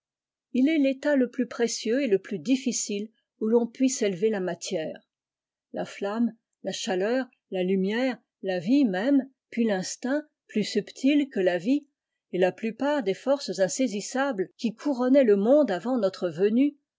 il est l'état le plus précieux et le plus difficile où ton puisse élever la matière la flamme la chaleur la lumière la vie môme puis l'instinct plus subtil que la vie et la plupart des forces insaisissables qui couronnaient le monde avant notre venue